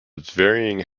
varying